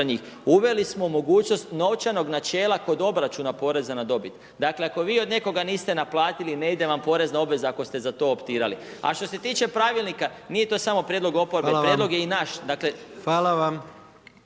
Uveli smo mogućnost novčanog načela kod obračuna porez na dobit, dakle ako vi od nekoga niste naplatili, ne ide vam porezna obveza, ako ste za to optirali. A što se tiče pravilnika, nije to samo prijedlog oporbe, prijedlog je i naš.